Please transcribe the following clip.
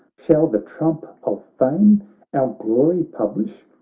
shall the trump of fame our glory publish,